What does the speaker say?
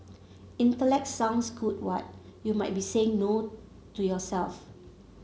intellect sounds good what you might be saying no to yourself